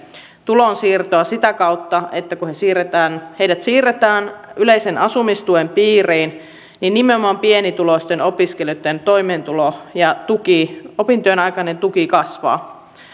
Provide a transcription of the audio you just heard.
tulonsiirtoa sitä kautta että kun heidät siirretään yleisen asumistuen piiriin niin nimenomaan pienituloisten opiskelijoitten toimeentulo ja opintojen aikainen tuki kasvavat